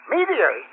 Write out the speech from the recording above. Meteor